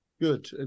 Good